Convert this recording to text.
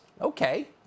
Okay